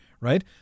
right